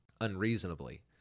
unreasonably